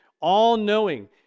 all-knowing